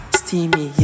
steamy